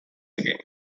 again